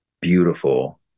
beautiful